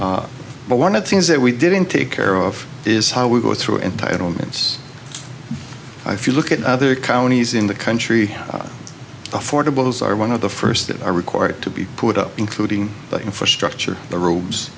that but one of things that we didn't take care of is how we go through entitlements if you look at other counties in the country affordable those are one of the first that are required to be put up including the infrastructure the ro